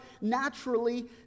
naturally